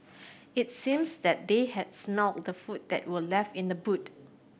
it seems that they had smelt the food that were left in the boot